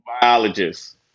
biologist